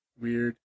Weird